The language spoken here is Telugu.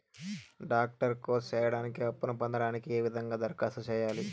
డాక్టర్ కోర్స్ సేయడానికి అప్పును పొందడానికి ఏ విధంగా దరఖాస్తు సేయాలి?